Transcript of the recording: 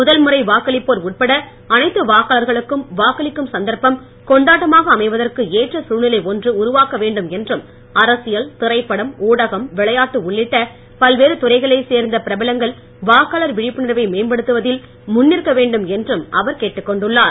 முதல்முறை வாக்களிப்போர் உட்பட அனைத்து கொண்டாட்டமாக அமைவதற்கு ஏற்ற சூழ்நிலை ஒன்று உருவாக்க வேண்டும் என்றும் அரசியல் திரைப்படம் ஊடகம் விளையாட்டு உள்ளிட்ட பல்வேறு துறைகளைச் சேர்ந்த பிரபலங்கள் வாக்காளர் விழிப்புணர்வை மேம்படுத்துவதில் முன்நிற்க வேண்டும் என்றும் அவர் கேட்டுக்கொண்டுள்ளார்